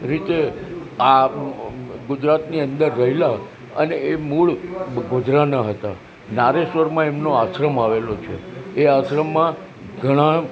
રીતે આ ગુજરાતની અંદર રહેલા અને એ મૂળ ગોધરાનાં હતા નારેશ્વરમાં એમનો આશ્રમ આવેલો છે એ આશ્રમમાં ઘણા